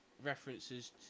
references